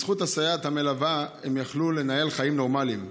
ובזכות הסייעת המלווה הם יכלו לנהל חיים נורמליים.